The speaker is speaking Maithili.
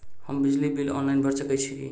हम बिजली बिल ऑनलाइन भैर सकै छी?